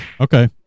Okay